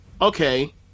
okay